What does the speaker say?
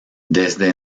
desde